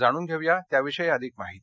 जाणून घेऊया त्याविषयी अधिक माहिती